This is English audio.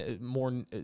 more